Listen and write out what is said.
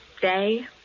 Day